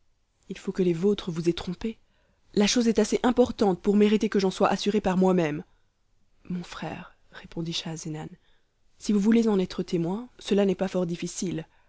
il faut que les vôtres vous aient trompé la chose est assez importante pour mériter que j'en sois assuré par moi-même mon frère répondit schahzenan si vous voulez en être témoin cela n'est pas fort difficile